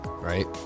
Right